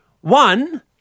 One